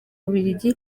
bubiligi